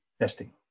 testing